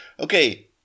okay